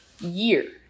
year